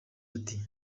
ati